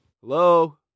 Hello